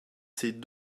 ses